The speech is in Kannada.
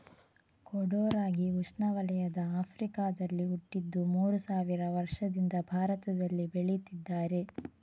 ಕೊಡೋ ರಾಗಿ ಉಷ್ಣವಲಯದ ಆಫ್ರಿಕಾದಲ್ಲಿ ಹುಟ್ಟಿದ್ದು ಮೂರು ಸಾವಿರ ವರ್ಷದಿಂದ ಭಾರತದಲ್ಲಿ ಬೆಳೀತಿದ್ದಾರೆ